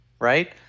Right